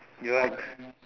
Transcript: !yuck!